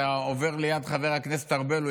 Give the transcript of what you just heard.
אתה עובר ליד חבר הכנסת ארבל,